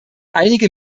einige